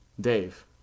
Dave